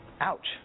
Ouch